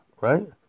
right